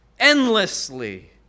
endlessly